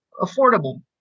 affordable